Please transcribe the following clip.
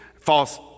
false